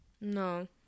No